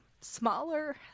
smaller